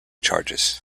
charges